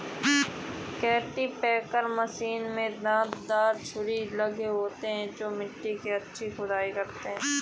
cultipacker machine में दांत दार छुरी लगे होते हैं जो मिट्टी की अच्छी खुदाई करते हैं